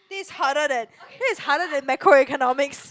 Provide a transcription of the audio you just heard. this is harder than this is harder than macro economics